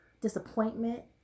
disappointment